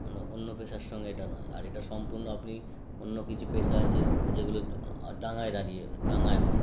কোনো অন্য পেশার সঙ্গে এটা নয় আর এটা সম্পূ্র্ণ আপনি অন্য কিছু পেশা আছে যেগুলো ডাঙায় দাঁড়িয়ে ডাঙায় হয়